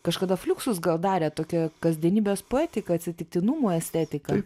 kažkada fluksus gal darė tokia kasdienybės poetika atsitiktinumo estetika